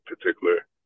particular